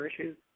issues